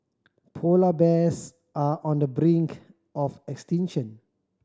polar bears are on the brink of extinction